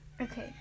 Okay